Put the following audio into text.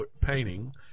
painting